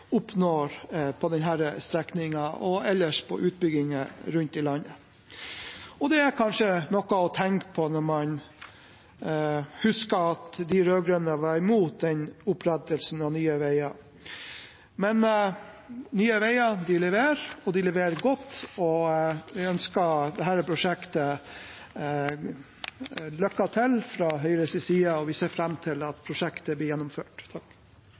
oppnår på denne strekningen og ellers på utbygginger rundt i landet. Det er kanskje noe å tenke på når man husker at de rød-grønne var imot opprettelsen av Nye Veier. Nye Veier leverer, og de leverer godt. Vi ønsker dette prosjektet lykke til fra Høyres side, og vi ser fram til at prosjektet blir gjennomført.